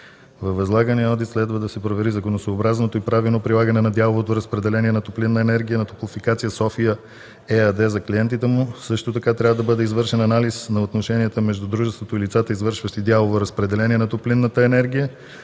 с предлагания одит следва да се провери законосъобразното и правилно прилагане на дяловото разпределение на топлинна енергия на "Топлофикация София" ЕАД за клиентите му. Също така трябва да бъде извършен анализ на отношенията между дружеството и лицата, извършващи дялово разпределение на топлинната енергия,